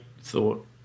thought